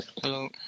Hello